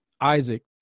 Isaac